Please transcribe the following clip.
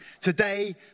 Today